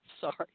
sorry